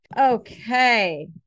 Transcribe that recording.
Okay